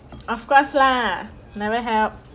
of course lah never help